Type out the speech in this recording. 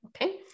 okay